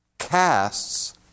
casts